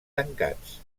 tancats